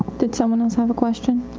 did someone else have a question?